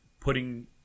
putting